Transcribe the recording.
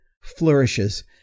flourishes